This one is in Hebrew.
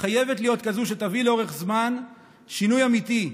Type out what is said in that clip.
חייבת להיות כזאת שתביא לאורך זמן שינוי אמיתי,